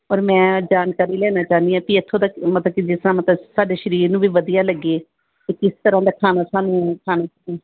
ਔਰ ਮੈਂ ਜਾਣਕਾਰੀ ਲੈਣਾ ਚਾਹੁੰਦੀ ਹਾਂ ਵੀ ਇੱਥੋਂ ਦਾ ਮਤਲਬ ਕਿ ਜਿਸ ਤਰ੍ਹਾਂ ਮਤਲਬ ਸਾਡੇ ਸਰੀਰ ਨੂੰ ਵੀ ਵਧੀਆ ਲੱਗੇ ਕਿ ਕਿਸ ਤਰ੍ਹਾਂ ਦਾ ਖਾਣਾ ਸਾਨੂੰ ਖਾਣਾ